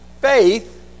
Faith